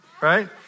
right